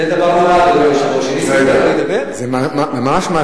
זה דבר נורא, אדוני היושב-ראש.